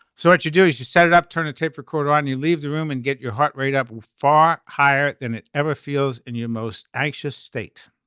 so what you do is you set it up turn a tape recorder on and you leave the room and get your heart rate up far higher than it ever feels in your most anxious state.